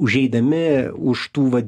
užeidami už tų vat